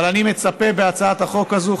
אבל אני מצפה בהצעת החוק הזאת,